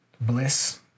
Bliss